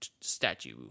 statue